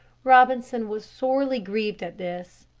robinson was sorely grieved at this.